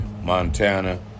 Montana